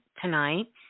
tonight